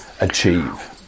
achieve